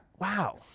Wow